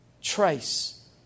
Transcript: Trace